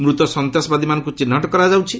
ମୂତ ସନ୍ତାସବାଦୀମାନଙ୍କୁ ଚିହ୍ନଟ କରାଯାଉଛି